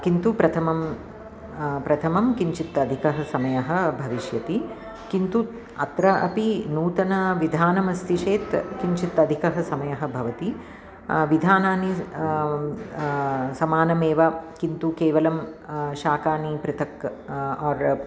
किन्तु प्रथमं प्रथमं किञ्चित् अधिकः समयः भविष्यति किन्तु अत्र अपि नूतनं विधानमस्ति चेत् किञ्चित् अधिकः समयः भवति विधानानि समानमेव किन्तु केवलं शाकानि पृथक् और्